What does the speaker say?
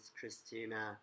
Christina